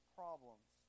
problems